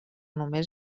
només